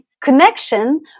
connection